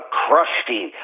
crusty